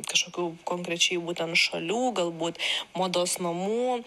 kažkokių konkrečiai būtent šalių galbūt mados namų